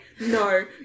no